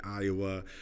Iowa